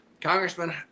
Congressman